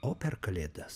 o per kalėdas